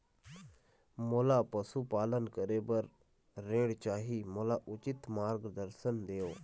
मोला पशुपालन करे बर ऋण चाही, मोला उचित मार्गदर्शन देव?